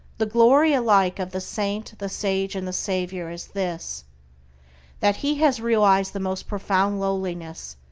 the glory alike of the saint, the sage, and the savior is this that he has realized the most profound lowliness,